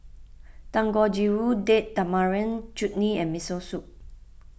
Dangojiru Date Tamarind Chutney and Miso Soup